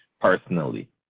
personally